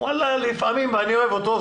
ואני אוהב אותו,